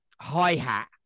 hi-hat